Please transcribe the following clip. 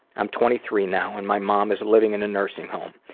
i'm twenty three now, and my mom is living in a nursing home.